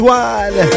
one